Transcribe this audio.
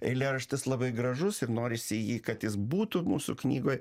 eilėraštis labai gražus ir norisi jį kad jis būtų mūsų knygoj